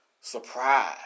surprise